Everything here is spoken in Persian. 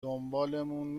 دنبالمون